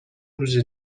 روز